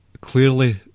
clearly